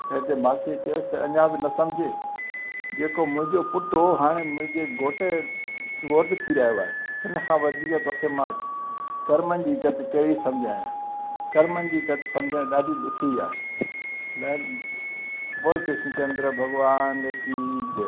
त हिते मासीअ चयोसि अञां बि न सम्झे जेको मुं्जोहिं पुटु हुओ हाणे मुंहिंजे घोट जे घोटु थी रहियो आहे हिन खां वधीक तोखे मां कर्मनि जी गत कहिड़ी सम्झायां कर्मनि जी गत सम्झणु ॾाढी ॾुखी आहे ॿियरि बोल कृष्ण चंद्र भॻवान की जय